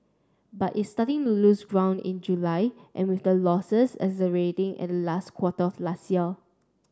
but it started losing ground in July and with the losses accelerating in last quarter last year